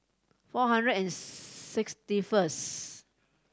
four hundred and sixty first